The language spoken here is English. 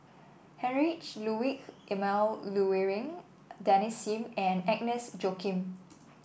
Heinrich Ludwig Emil Luering Desmond Sim and Agnes Joaquim